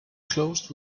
closed